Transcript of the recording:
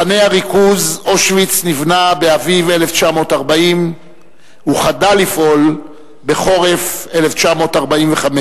מחנה הריכוז אושוויץ נבנה באביב 1940. הוא חדל לפעול בחורף 1945,